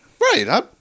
Right